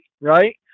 right